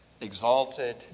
exalted